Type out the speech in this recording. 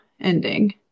ending